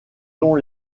ont